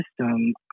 system